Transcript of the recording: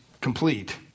complete